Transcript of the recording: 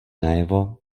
najevo